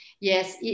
Yes